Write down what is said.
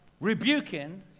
rebuking